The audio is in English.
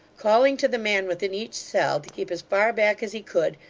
calling to the man within each cell, to keep as far back as he could,